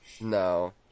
No